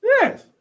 Yes